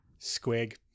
squig